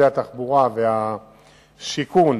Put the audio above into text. והעובדה שהשבוע נהרגו שישה אנשים מעצימה את הבעיה.